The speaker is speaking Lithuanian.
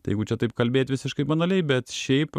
tai jeigu čia taip kalbėt visiškai banaliai bet šiaip